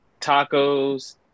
tacos